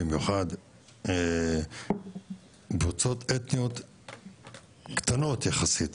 במיוחד קבוצות אתניות קטנות יחסית,